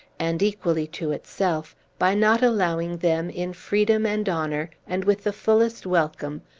and equally to itself, by not allowing them, in freedom and honor, and with the fullest welcome,